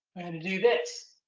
do this,